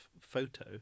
photo